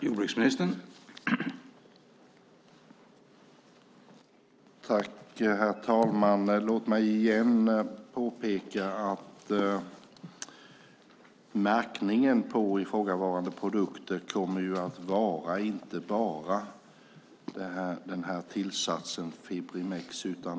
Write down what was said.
Herr talman! Låt mig igen påpeka att märkningen på ifrågavarande produkter inte bara kommer att vara tillsatsen Fibrimex.